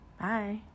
Bye